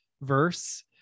verse